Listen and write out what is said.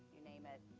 you name it,